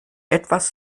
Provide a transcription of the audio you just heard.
etwas